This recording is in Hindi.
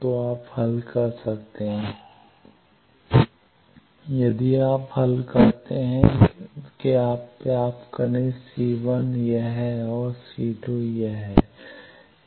तो आप हल कर सकते हैं यदि आप हल करते हैं कि आप प्राप्त करें C1 यह है और C2 यह है